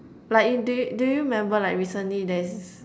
like y~ do you do you remember like recently there's